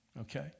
okay